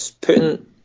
putting